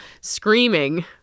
screaming